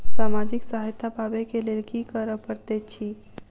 सामाजिक सहायता पाबै केँ लेल की करऽ पड़तै छी?